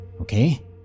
okay